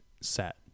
set